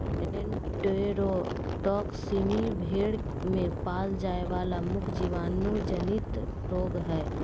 enterotoxaemia भेड़ में पाल जाय वला मुख्य जीवाणु जनित रोग हइ